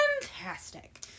fantastic